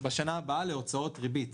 בשנה הבאה להוצאות ריבית.